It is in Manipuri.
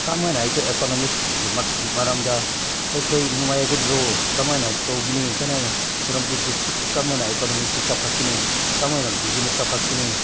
ꯀꯃꯥꯏꯅ ꯑꯩꯈꯣꯏ ꯏꯀꯣꯅꯣꯃꯤꯛꯀꯤ ꯃꯔꯝꯗ ꯑꯩꯈꯣꯏ ꯅꯨꯡꯉꯥꯏꯒꯗ꯭ꯔꯣ ꯀꯃꯥꯏꯅ ꯇꯧꯒꯅꯤ ꯀꯅꯥꯅ ꯁꯦꯅꯥꯄꯇꯤ ꯗꯤꯁꯇ꯭ꯔꯤꯛꯀꯤ ꯀꯃꯥꯏꯅ ꯏꯀꯣꯅꯣꯃꯤꯁꯤ ꯆꯥꯎꯈꯠꯀꯅꯤ ꯀꯃꯥꯏꯅ ꯕꯤꯖꯤꯅꯦꯖ ꯆꯥꯎꯈꯠꯀꯅꯤ